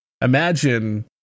imagine